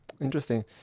Interesting